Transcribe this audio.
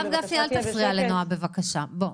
הרב גפני, אל תפריע לנעה, בבקשה.